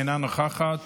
אינה נוכחת.